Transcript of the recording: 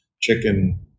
chicken